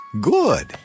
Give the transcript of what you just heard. Good